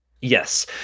Yes